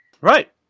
Right